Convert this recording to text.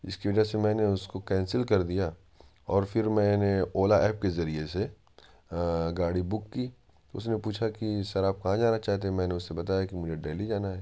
جس کی وجہ سے میں نے اس کو کینسل کر دیا اور پھر میں نے اولا ایپ کے ذریعے سے گاڑی بک کی اس نے پوچھا کہ سر آپ کہاں جانا چاہتے ہیں میں نے اس سے بتایا کہ مجھے دہلی جانا ہے